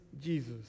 Jesus